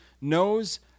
knows